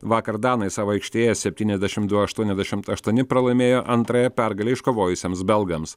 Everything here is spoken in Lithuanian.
vakar danai savo aikštėje septyniasdešim du aštuoniasdešimt aštuoni pralaimėjo antrąją pergalę iškovojusiems belgams